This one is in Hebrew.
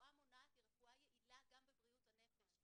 רפואה מונעת היא רפואה יעילה גם בבריאות הנפש.